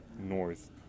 north